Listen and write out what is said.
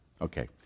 Okay